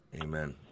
Amen